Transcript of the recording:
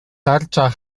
tarcza